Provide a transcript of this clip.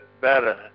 better